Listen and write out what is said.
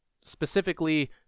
specifically